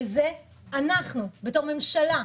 לזה בתור ממשלה,